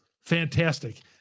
fantastic